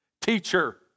Teacher